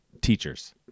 Teachers